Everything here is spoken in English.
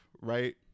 right